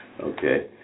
Okay